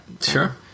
Sure